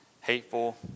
hateful